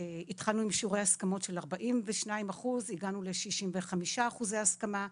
התחלנו עם שיעורי הסכמות של 42 אחוז והגענו ל-65 אחוזי הסכמה.